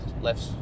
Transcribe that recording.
left